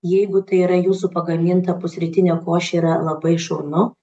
jeigu tai yra jūsų pagaminta pusrytinė košė yra labai šaunu